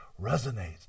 resonates